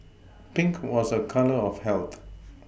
Pink was a colour of health